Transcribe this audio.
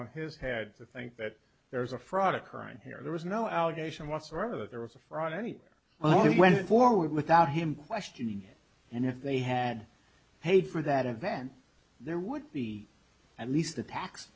in his had to think that there was a fraud occurring here there was no allegation whatsoever that there was a fraud anywhere well he went forward without him questioning and if they had paid for that event there would be at least the